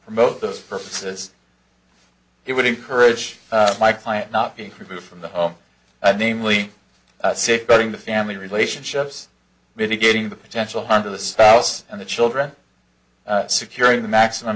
promote those purposes it would encourage my client not being removed from the home and namely safeguarding the family relationships mitigating the potential harm to the spouse and the children securing the maximum